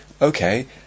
Okay